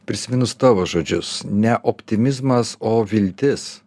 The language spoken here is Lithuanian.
prisiminus tavo žodžius ne optimizmas o viltis